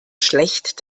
schlecht